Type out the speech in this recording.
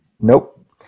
Nope